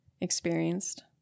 experienced